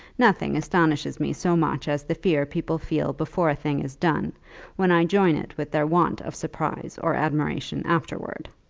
nothing astonishes me so much as the fear people feel before a thing is done when i join it with their want of surprise or admiration afterwards.